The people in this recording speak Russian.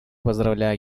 поздравляю